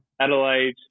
Adelaide